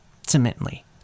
ultimately